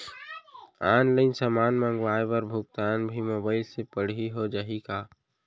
Online समान मंगवाय बर भुगतान भी मोबाइल से पड़ही हो जाही का?